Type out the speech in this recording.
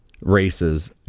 races